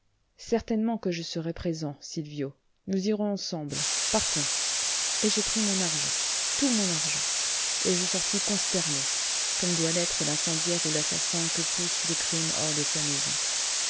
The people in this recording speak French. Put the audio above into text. certainement que je serai présent sylvio nous irons ensemble partons et je pris mon argent tout mon argent et je sortis consterné comme doit l'être l'incendiaire ou l'assassin que pousse le crime hors de sa maison